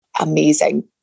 amazing